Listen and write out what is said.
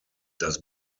das